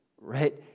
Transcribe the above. right